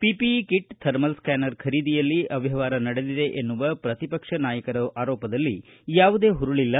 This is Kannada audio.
ಪಿಪಿಇ ಕಿಟ್ ಥರ್ಮಲ್ ಸ್ಟ್ಯಾನರ್ ಖರೀದಿಯಲ್ಲಿ ಅವ್ಚವಹಾರ ನಡೆದಿದೆ ಎನ್ನುವ ಪ್ರತಿಪಕ್ಷ ನಾಯಕರ ಆರೋಪದಲ್ಲಿ ಹುರುಳಿಲ್ಲ